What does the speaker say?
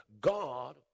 God